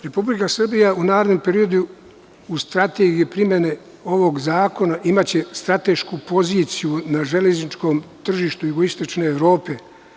Republika Srbija u narednom periodu, u Strategiji primene ovog zakona, imaće stratešku poziciju na železničkom tržištu Jugoistočne Evrope.